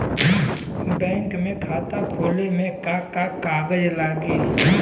Bank में खाता खोले मे का का कागज लागी?